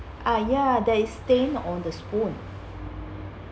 ah ya there is stain on the spoon